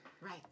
right